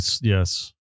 yes